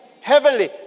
heavenly